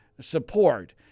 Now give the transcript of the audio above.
support